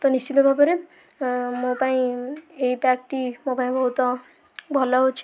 ତ ନିଶ୍ଚିନ୍ତ ଭାବରେ ମୋ ପାଇଁ ଏଇ ପ୍ୟାକ୍ଟି ମୋ'ପାଇଁ ବହୁତ ଭଲ ହେଉଛି